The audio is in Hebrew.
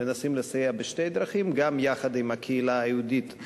מנסים לסייע בשתי דרכים: גם יחד עם הקהילה היהודית,